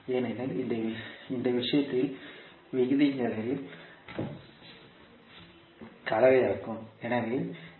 ஏனெனில் இந்த விஷயத்தில் விகிதங்களின் கலவையாகும்